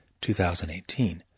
2018